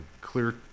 clear